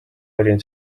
olin